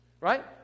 Right